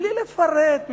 בלי לפרט,